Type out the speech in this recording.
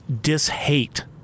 dis-hate